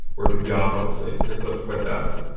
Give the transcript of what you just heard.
where pp off obviously, they're clipped quite badly.